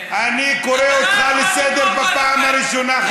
אני קורא אותך לסדר פעם ראשונה,